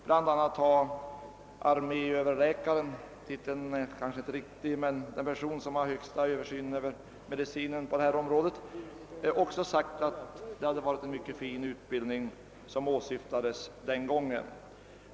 Bland andra har arméöverläkaren, den person som har det högsta överinseendet över medicinen på detta område, sagt att det var en mycket fin utbildning som planerades den gången.